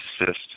assist